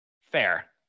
Fair